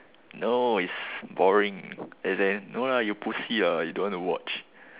no it's boring then he say no lah you pussy lah you don't want to watch